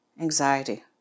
Anxiety